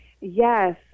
Yes